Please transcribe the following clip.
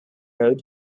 road